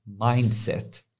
mindset